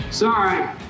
Sorry